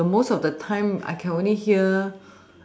the most of the time I can only hear